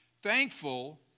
Thankful